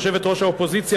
יושבת-ראש האופוזיציה,